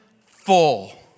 full